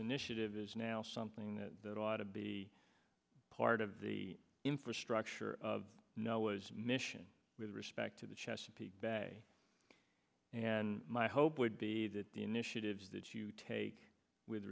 initiative is now something that ought to be part of the infrastructure of no was mission with respect to the chesapeake bay and my hope would be that the initiatives that you take with